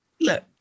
look